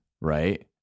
right